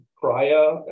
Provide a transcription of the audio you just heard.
prior